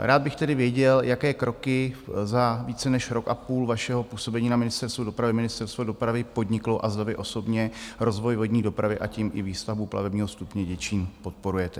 Rád bych tedy věděl, jaké kroky za více než rok a půl vašeho působení na Ministerstvu dopravy Ministerstvo dopravy podniklo a zda vy osobně rozvoj vodní dopravy, a tím i výstavbu plavebního stupně Děčín, podporujete.